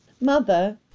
Mother